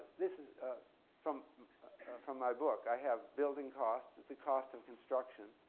this is ah from from my book, i have building costs, the cost of construction.